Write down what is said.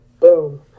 boom